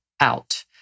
out